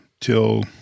till